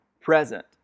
present